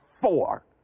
four